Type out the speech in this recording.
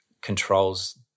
controls